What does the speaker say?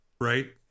right